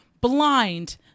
Blind